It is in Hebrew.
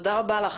תודה רבה לך.